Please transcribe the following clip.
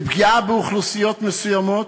לפגיעה באוכלוסיות מסוימות.